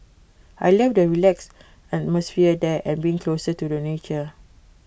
I love the relaxed atmosphere there and being closer to the nature